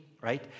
right